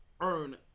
earn